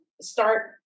start